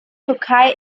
türkei